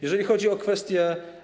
Jeżeli chodzi o kwestie.